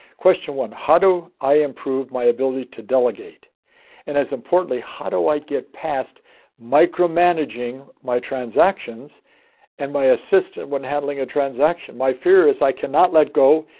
question one how do i improve my ability to delegate and as importantly, how do i get past micromanaging my transactions and my assistant when handling a transaction? my fear is i cannot let go.